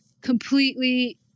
completely